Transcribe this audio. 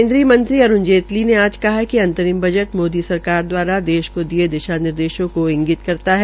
केन्द्रीय मंत्री अरूण जेटली ने आज कहा है कि अंतरिम बजट मोदी सरकार द्वारा देश को दिये दिश निर्देशों को ईगित करता है